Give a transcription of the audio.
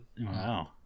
wow